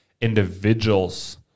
individuals